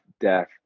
death